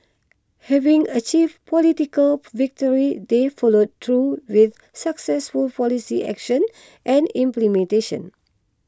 having achieved political victory they followed through with successful policy action and implementation